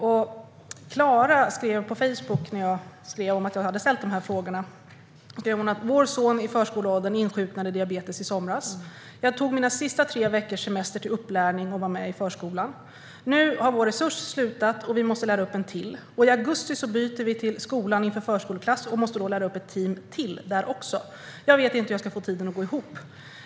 Clara skrev på Facebook efter att jag skrivit att jag ställt de här frågorna: "Vår son i förskoleåldern insjuknade i diabetes i somras. Jag tog mina sista 3 veckors semester till upplärning och var med på förskolan. Nu har vår resurs slutat och vi måste lära upp en till, och i augusti byter vi till skolan inför förskoleklass och måste då lära upp ett team där också. Jag vet inte hur jag ska få tiden att gå ihop.